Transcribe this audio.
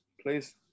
Please